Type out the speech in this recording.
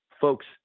folks